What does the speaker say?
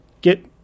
get